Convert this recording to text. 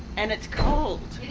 and it's cold.